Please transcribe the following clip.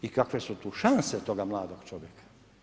I kakve su tu šanse toga mladog čovjeka?